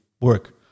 work